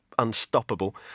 unstoppable